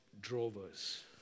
drovers